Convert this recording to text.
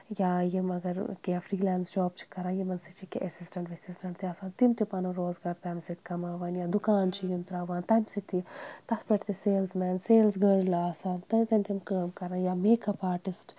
یا یِم اَگر کینٛہہ فریلینٕس جاب چھِ کَران یِمَن سۭتۍ چھِ کینٛہہ ایٚسِسٹَنٛٹ ویٚسِسٹَنٛٹ تہِ آسان تِم تہِ پَنُن روزگار تَمہِ سۭتۍ کَماوان یا دُکان چھِ یِم ترٛاوان تَمہِ سۭتۍ تہِ تَتھ پٮ۪ٹھ تہِ سیلٕز مین سیلٕز گٔرٕل آسان تَتین تِم کٲم کَران یا میک اَپ آٹِسٹ